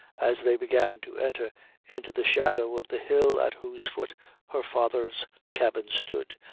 as they began to enter into the shadow of the hill at whose foot her father's cabin stood,